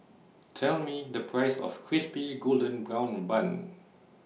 Tell Me The Price of Crispy Golden Brown Bun